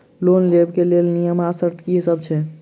Loan लेबऽ कऽ लेल नियम आ शर्त की सब छई?